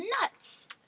nuts